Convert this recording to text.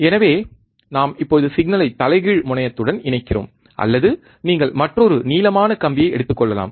எனவே நாம் இப்போது சிக்னலை தலைகீழ் முனையத்துடன் இணைக்கிறோம் அல்லது நீங்கள் மற்றொரு நீளமான கம்பியை எடுத்துக் கொள்ளலாம்